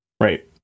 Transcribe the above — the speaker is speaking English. Right